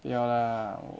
不要 lah